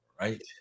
Right